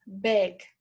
big